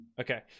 Okay